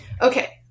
Okay